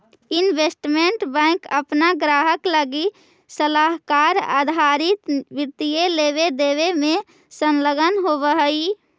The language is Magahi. इन्वेस्टमेंट बैंक अपना ग्राहक लगी सलाहकार आधारित वित्तीय लेवे देवे में संलग्न होवऽ हई